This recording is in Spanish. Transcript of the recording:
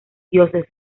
dioses